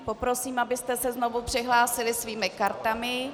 Poprosím, abyste se znovu přihlásili svými kartami.